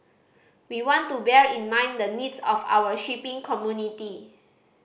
we want to bear in mind the needs of our shipping community